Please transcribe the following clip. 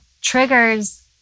triggers